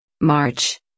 March